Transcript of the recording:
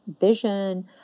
vision